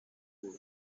bull